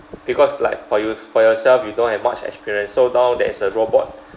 because like for you for yourself you don't have much experience so now there is a robot